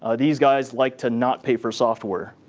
ah these guys like to not pay for software.